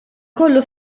kollu